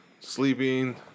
Sleeping